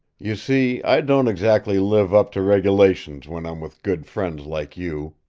you see i don't exactly live up to regulations when i'm with good friends like you,